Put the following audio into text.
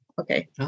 Okay